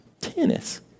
Tennis